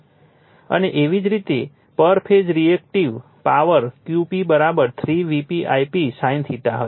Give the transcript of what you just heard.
અને તેવી જ રીતે per phase reactive power Qp 3 Vp Ip sin હશે